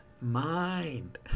mind